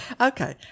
Okay